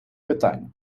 питань